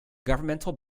governmental